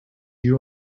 you